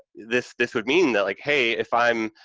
this this would mean that, like, hey, if i'm,